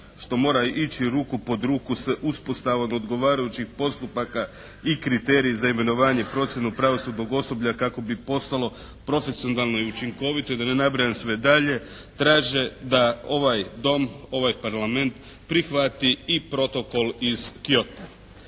što mora ići ruku pod ruku sa uspostavom odgovarajućih postupaka i kriterija za imenovanje … /Govornik se ne razumije./ … pravosudnog osoblja kako bi postalo profesionalno i učinkovito. I da ne nabrajam sve dalje, traže da ovaj Dom, ovaj Parlament prihvati i Protokol iz Kyota.